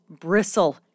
bristle